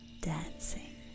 dancing